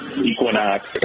Equinox